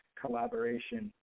collaboration